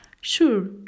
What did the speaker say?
Sure